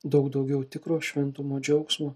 daug daugiau tikro šventumo džiaugsmo